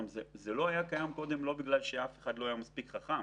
זה לא היה קיים קודם לא בגלל שאף אחד לא היה מספיק חכם